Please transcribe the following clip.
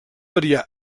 variar